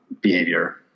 behavior